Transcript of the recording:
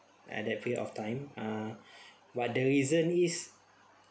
at that period of time ah but the reason is